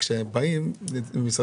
אמרתי שמצרים